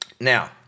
Now